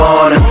on